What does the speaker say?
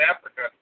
Africa